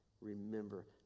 remember